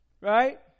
Right